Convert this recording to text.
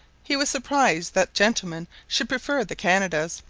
he was surprised that gentlemen should prefer the canadas,